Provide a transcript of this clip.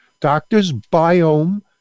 DoctorsBiome